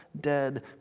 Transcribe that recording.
dead